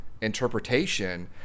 interpretation